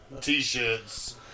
T-shirts